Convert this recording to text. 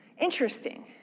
Interesting